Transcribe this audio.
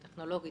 הטכנולוגית,